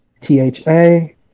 T-H-A